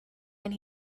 and